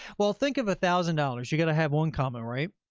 well, think of a thousand dollars. you've got to have one comma, right?